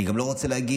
אני גם לא רוצה להגיד,